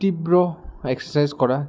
তীব্ৰ এক্সেচাইজ কৰা